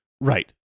Right